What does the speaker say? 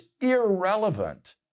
irrelevant